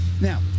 Now